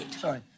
Sorry